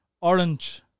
Orange